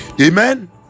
amen